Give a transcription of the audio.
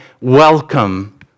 welcome